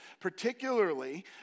particularly